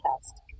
test